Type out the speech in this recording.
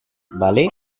vale